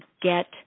get